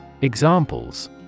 Examples